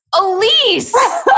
Elise